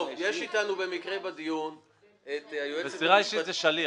יש אתנו במקרה בדיון את היועצת המשפטית --- מסירה אישית זה שליח.